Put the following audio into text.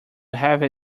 have